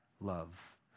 love